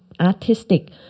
artistic